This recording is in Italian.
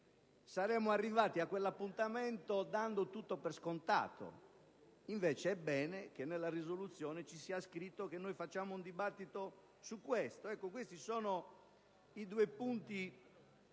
Saremmo arrivati a quell'appuntamento dando tutto per scontato; invece è bene che nella risoluzione sia scritto che noi sul merito facciamo un dibattito. Questo è uno dei punti